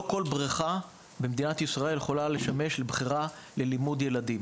לא כל בריכה במדינת ישראל יכולה לשמש ללימוד ילדים.